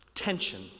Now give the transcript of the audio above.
tension